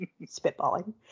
spitballing